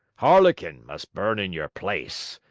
harlequin must burn in your place.